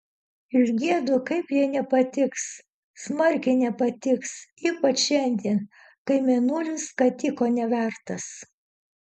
išgiedu kaip jai nepatiks smarkiai nepatiks ypač šiandien kai mėnulis skatiko nevertas